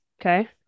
Okay